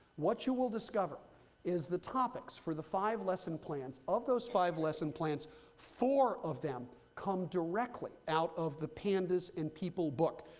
what you will discover is the topics for the five lesson plans. of those five lesson plans, four of them come directly out of the pandas and people book,